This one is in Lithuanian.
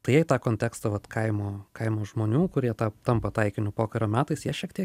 tai jie tą kontekstą vat kaimo kaimo žmonių kurie tą tampa taikiniu pokario metais jie šiek tiek